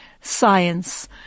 science